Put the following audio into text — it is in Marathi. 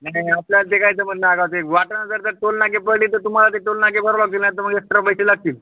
नाही आपल्या जर काय जमत नाही ते वाटा जर तर टोल नाके आले तर तुम्हाला ते टोल नाके भरावे लागतील नाही तर मग एक्स्ट्रा पैसे लागतील